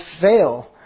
fail